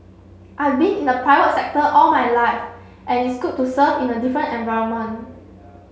I've been in the private sector all my life and it's good to serve in a different environment